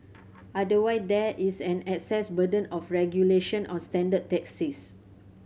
otherwise there is an access burden of regulation on standard taxis